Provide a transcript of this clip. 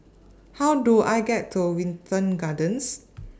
How Do I get to Wilton Gardens